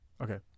Okay